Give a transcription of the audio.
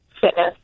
fitness